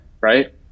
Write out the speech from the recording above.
right